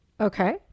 okay